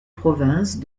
provinces